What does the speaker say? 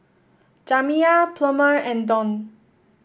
Jamiya Plummer and Deon